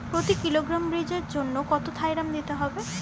প্রতি কিলোগ্রাম বীজের জন্য কত থাইরাম দিতে হবে?